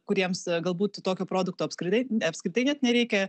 kuriems galbūt tokio produkto apskritai apskritai net nereikia